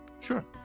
Sure